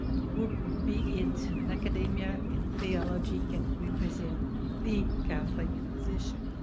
be it and academia, in theology, can represent the catholic position.